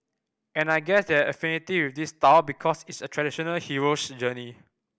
and I guess they had an affinity with this style because it's a traditional hero's journey